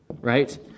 Right